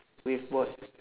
waveboard